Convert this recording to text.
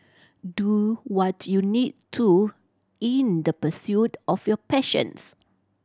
do what you need to in the pursuit of your passions